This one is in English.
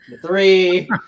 three